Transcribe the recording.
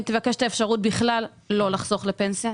תבקש את האפשרות בכלל לא לחסוך לפנסיה,